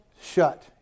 shut